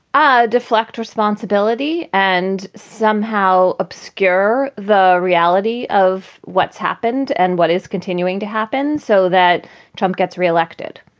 ah deflect responsibility and somehow obscure the reality of what's happened and what is continuing to happen so that trump gets re-elected.